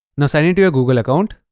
now sign-in to your google account